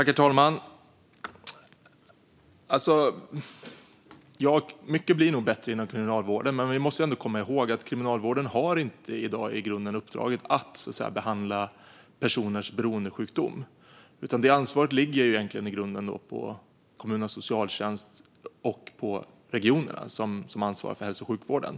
Herr talman! Mycket blir nog bättre inom kriminalvården. Men vi måste ändå komma ihåg att kriminalvården i grunden i dag inte har uppdraget att behandla personers beroendesjukdomar. Detta ansvar ligger egentligen i grunden på kommunernas socialtjänst och på regionerna som ansvarar för hälso och sjukvården.